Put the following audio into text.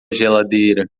geladeira